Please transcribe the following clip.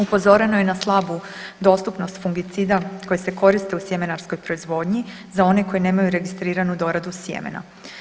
Upozoreno je na slabu dostupnost fungicida koji se koriste u sjemenarskoj proizvodnji za one koji nemaju registriranu doradu sjemena.